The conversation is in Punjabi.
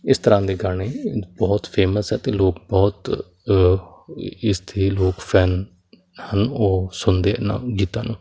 ਇਸ ਤਰ੍ਹਾਂ ਦੇ ਗਾਣੇ ਬਹੁਤ ਫੇਮਸ ਹੈ ਅਤੇ ਲੋਕ ਬਹੁਤ ਇਸ ਦੇ ਲੋਕ ਫੈਨ ਹਨ ਉਹ ਸੁਣਦੇ ਇਹਨਾਂ ਗੀਤਾ ਨੂੰ